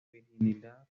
virginidad